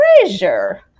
treasure